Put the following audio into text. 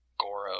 Goro